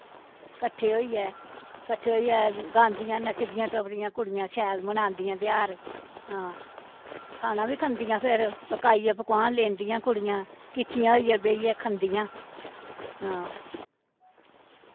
कट्ठे होइयै कट्ठे होइयै गांदियां नच्चदियां टप्पदियां कुड़ियां शैल बनांदियां तेहार हां खाना बी खंदियां फिर पकाआइयै पकोआन लेंदियां कुड़ियां किट्ठियां होइयै बेहियै खंदियां हां